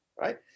right